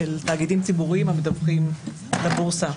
של תאגידים ציבוריים המדווחים לבורסה.